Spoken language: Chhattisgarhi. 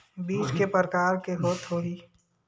बीज के प्रकार के होत होही?